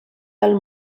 del